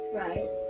right